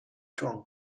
状况